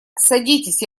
садитесь